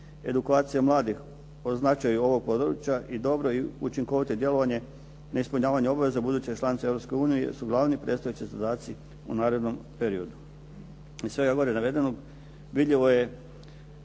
edukacija mladih o značaju ovog područja i dobro i učinkovito djelovanje, neispunjavanje obaveza buduće članice Europske unije su glavni predstojeći zadaci u narednom periodu. Iz svega ovog navedenog vidljivo je